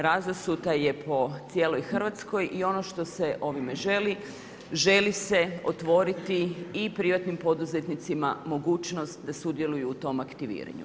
Razasuta je po cijeloj Hrvatskoj i ono što se ovime želi, želi se otvoriti i privatnim poduzetnicima, mogućnost da sudjeluju u tom aktiviranju.